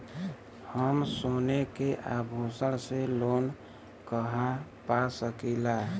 हम सोने के आभूषण से लोन कहा पा सकीला?